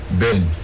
ben